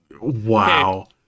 wow